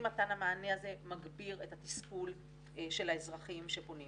אם מתן המענה הזה מגביר את התסכול של האזרחים שפונים.